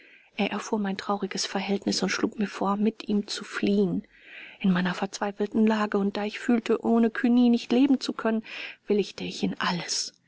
er erfuhr mein trauriges verhältnis und schlug mir vor mit ihm zu fliehen in meiner verzweifelten lage und da ich fühlte ohne cugny nicht leben zu können willigte ich in alles